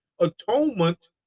atonement